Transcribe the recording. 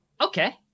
Okay